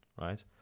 right